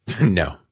No